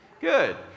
Good